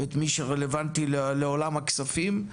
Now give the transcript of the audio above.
את מי שרלוונטי לעולם הכספים.